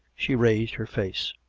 she raised her face.